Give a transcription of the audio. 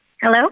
Hello